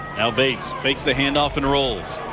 ah bates fakes the hand off and rolls.